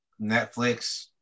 Netflix